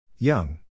Young